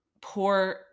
poor